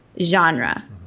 genre